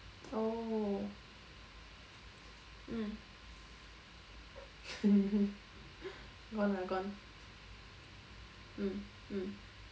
oh mm gone lah gone mm mm